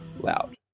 loud